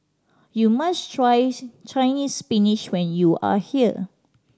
you must try Chinese Spinach when you are here